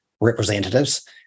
representatives